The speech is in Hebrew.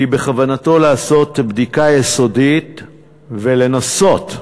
בכוונתו לעשות בדיקה יסודית ולנסות,